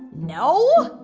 no,